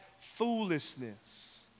foolishness